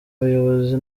bayobozi